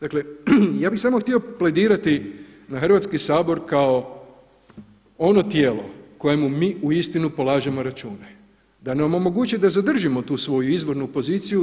Dakle, ja bih samo htio pledirati na Hrvatski sabor kao ono tijelo kojemu mi uistinu polažemo račune, da nam omogući da zadržimo tu svoju izvornu poziciju.